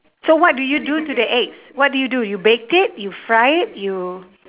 so what do you do to the eggs what do you do you baked it you fry it you